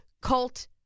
cult